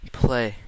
play